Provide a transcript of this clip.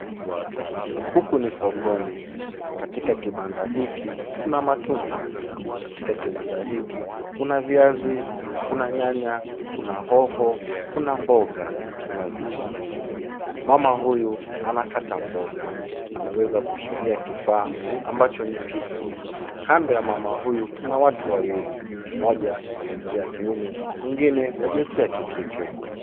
Huku ni sokoni. Katika kibanda hiki kuna matunda. Katika kibanda hiki kuna viazi, kuna nyanya, kuna hoho, kuna mboga, kuna vitunguu. Mama huyu anakata mboga. Ameweza kushikilia kifaa ambacho ni kisu. Kando ya mama huyu kuna watu wawili, mmoja wa jinsia ya kiume, mwingine wa jinsia ya kike.